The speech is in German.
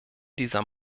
dieser